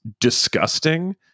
disgusting